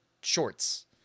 shorts